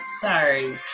Sorry